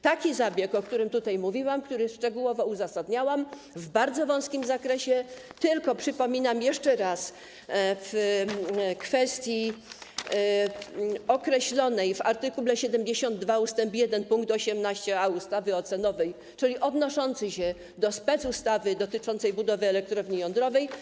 Taki zabieg, o którym tutaj mówiłam, który szczegółowo uzasadniałam, w bardzo wąskim zakresie, przypominam jeszcze raz, tylko w kwestii określonej w art. 72 ust. 1 pkt 18a ustawy ocenowej, czyli odnoszącej się do specustawy dotyczącej budowy elektrowni jądrowej.